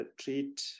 treat